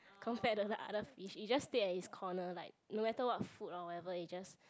compared to the other fish it just stayed at its corner like no matter what food or whatever it just